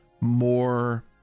more